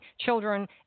children